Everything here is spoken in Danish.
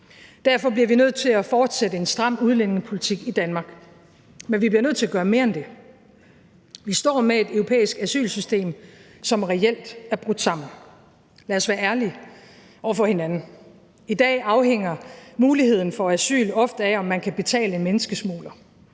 Derfor bliver vi nødt til at fortsætte en stram udlændingepolitik i Danmark, men vi bliver nødt til at gøre mere end det. Vi står med et europæisk asylsystem, som reelt er brudt sammen. Lad os være ærlige over for hinanden: I dag afhænger muligheden for asyl ofte af, om man kan betale en menneskesmugler,